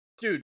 Dude